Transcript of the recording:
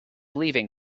leaving